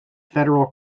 federal